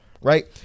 Right